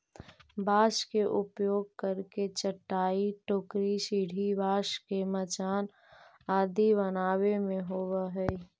बाँस के उपयोग करके चटाई, टोकरी, सीढ़ी, बाँस के मचान आदि बनावे में होवऽ हइ